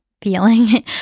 feeling